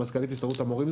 מזכ"לית הסתדרות המורים,